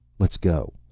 let's go.